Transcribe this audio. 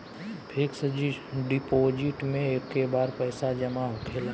fix deposit मे एके बार पैसा जामा होखेला